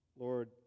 Lord